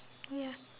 ya